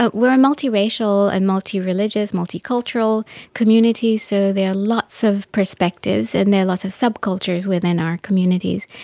but we are a multiracial and multireligious, multicultural community, so there are lots of perspectives and there are lots of subcultures within our communities.